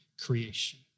creation